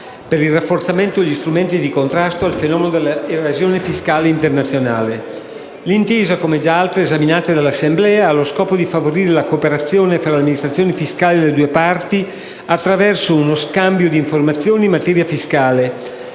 per il rafforzamento degli strumenti di contrasto al fenomeno della evasione fiscale internazionale. L'intesa, come altre già esaminate dall'Assemblea, ha lo scopo di favorire la cooperazione fra le amministrazioni fiscali delle due parti attraverso uno scambio di informazioni in materia fiscale